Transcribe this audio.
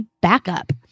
backup